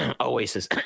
oasis